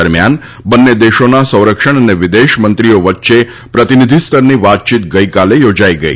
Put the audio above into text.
દરમિયાન બંને દેશોના સંરક્ષણ અને વિદેશમંત્રીઓ વચ્ચે પ્રતિનિધિસ્તરની વાતચીત ગઈકાલે યોજાઈ ગઈ